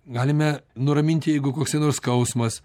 galime nuraminti jeigu koks nors skausmas